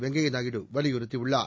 வெங்கைய நாயுடு வலியுறுத்தியுள்ளார்